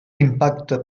impacte